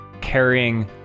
carrying